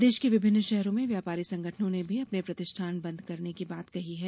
प्रदेश के विभिन्न शहरों में व्यापारी संगठनों ने भी अपने प्रतिष्ठान बंद करने की बात कहीं है